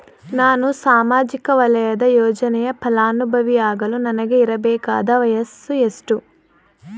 ನಾನು ಸಾಮಾಜಿಕ ವಲಯದ ಯೋಜನೆಯ ಫಲಾನುಭವಿಯಾಗಲು ನನಗೆ ಇರಬೇಕಾದ ವಯಸ್ಸುಎಷ್ಟು?